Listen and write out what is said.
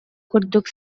курдук